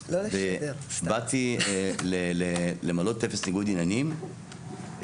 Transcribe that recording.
באתי למלא טופס ניגוד עניינים ובין